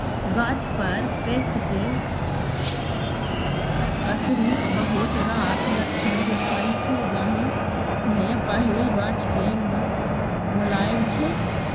गाछ पर पेस्टक असरिक बहुत रास लक्षण देखाइ छै जाहि मे पहिल गाछक मौलाएब छै